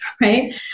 Right